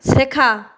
শেখা